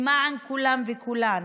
למען כולם וכולן,